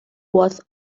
was